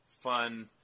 fun